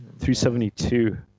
372